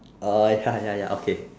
ah ya ya ya okay